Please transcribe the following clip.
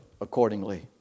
accordingly